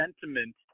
sentiment